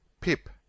pip